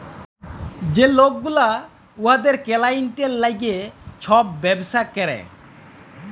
যে লক গুলা উয়াদের কালাইয়েল্টের ল্যাইগে ছব ব্যবসা ক্যরে